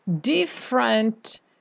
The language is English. different